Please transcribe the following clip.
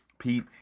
Pete